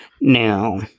Now